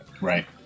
Right